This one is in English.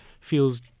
feels